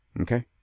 okay